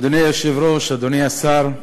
אדוני היושב-ראש, אדוני השר,